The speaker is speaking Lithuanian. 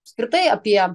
apskritai apie